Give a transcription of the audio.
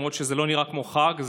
זה לא נראה כמו חג,